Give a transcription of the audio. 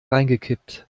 reingekippt